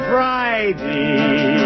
Friday